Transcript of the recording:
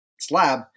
slab